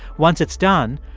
once it's done,